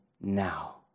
now